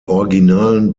originalen